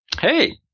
Hey